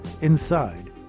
Inside